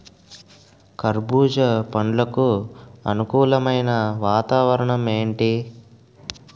కర్బుజ పండ్లకు అనుకూలమైన వాతావరణం ఏంటి?